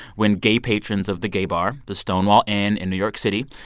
when gay patrons of the gay bar the stonewall inn in new york city,